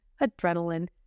adrenaline